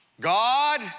God